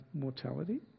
mortality